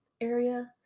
area